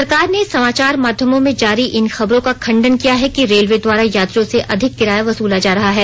सरकार ने समाचार माध्यमों में जारी इन खबरों का खण्डन किया कि रेलवे द्वारा यात्रियों से अधिक किराया वसुला जा रहा है